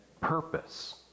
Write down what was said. purpose